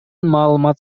маалымат